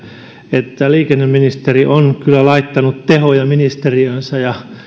että liikenneministeri on kyllä laittanut tehoja ministeriöönsä ja